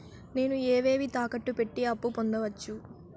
నేను ఏవేవి తాకట్టు పెట్టి అప్పు పొందవచ్చు?